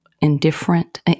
indifferent